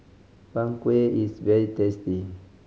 Png Kueh is very tasty